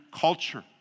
culture